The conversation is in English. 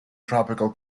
tropical